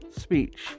speech